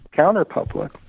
counterpublic